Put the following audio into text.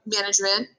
management